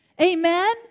Amen